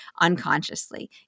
unconsciously